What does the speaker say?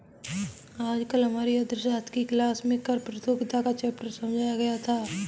आज हमारी अर्थशास्त्र की क्लास में कर प्रतियोगिता का चैप्टर समझाया गया था